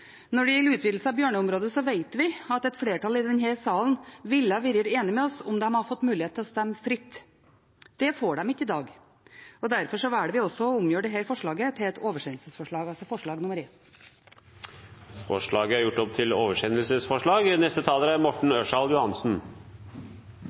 Når det gjelder utvidelse av bjørneområdet, vet vi at et flertall i denne salen ville ha vært enige med oss om de hadde fått mulighet til å stemme fritt. Det får de ikke i dag. Derfor velger vi også å omgjøre dette forslaget, altså forslag nr. 1, til et oversendelsesforslag. Da er forslag nr. 1 gjort om til et oversendelsesforslag.